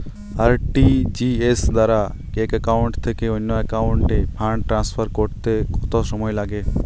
RTGS দ্বারা এক account থেকে অন্য একাউন্টে ফান্ড ট্রান্সফার করতে কত সময় লাগে?